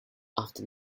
after